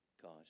God